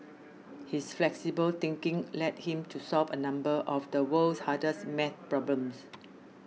his flexible thinking led him to solve a number of the world's hardest maths problems